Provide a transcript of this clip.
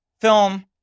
film